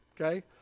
okay